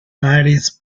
nineties